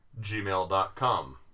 gmail.com